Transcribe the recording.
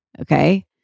Okay